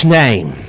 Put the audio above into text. name